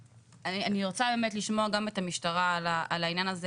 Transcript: אני רוצה באמת לשמוע גם את המשטרה על העניין הזה,